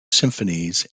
symphonies